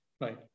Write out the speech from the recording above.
right